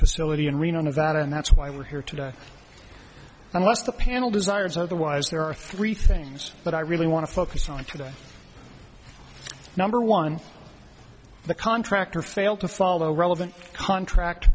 facility in reno nevada and that's why we're here today unless the panel desires otherwise there are three things that i really want to focus on today number one the contractor failed to follow relevant contract